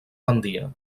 gandia